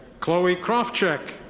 chloe krofchek.